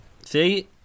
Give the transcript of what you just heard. See